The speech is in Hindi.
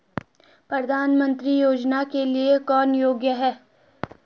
प्रधानमंत्री योजना के लिए कौन योग्य है?